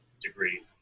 degree